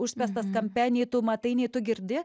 užspęstas kampe nei tu matai nei tu girdi